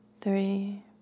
three